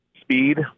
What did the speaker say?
speed